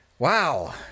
Wow